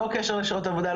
לא קשר לשעות עבודה,